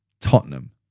Tottenham